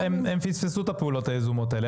הם פספסו את הפעולות היזומות האלה.